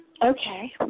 Okay